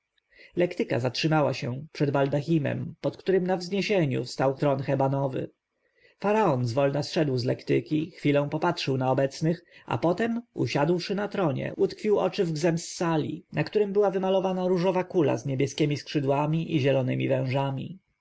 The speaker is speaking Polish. lektyka zatrzymała się przed baldachimem pod którym na wzniesieniu stał tron hebanowy faraon zwolna zeszedł z lektyki chwilę popatrzył na obecnych a potem usiadłszy na tronie utkwił oczy w gzems sali na którym była wymalowana różowa kula z niebieskiemi skrzydłami i zielonemi wężami